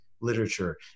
Literature